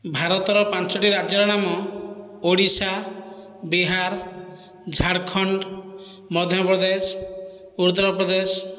ଭାରତର ପାଞ୍ଚୋଟି ରାଜ୍ୟର ନାମ ଓଡ଼ିଶା ବିହାର ଝାରଖଣ୍ଡ ମଧ୍ୟପ୍ରଦେଶ ଉତ୍ତରପ୍ରଦେଶ